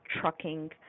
trucking